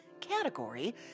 Category